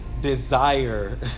desire